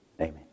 Amen